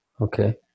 Okay